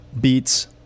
beats